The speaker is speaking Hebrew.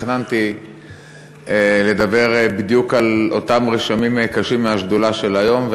תכננתי לדבר בדיוק על אותם רשמים קשים מישיבת השדולה היום,